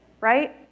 right